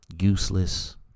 useless